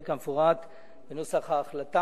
2010, כמפורט בנוסח ההחלטה.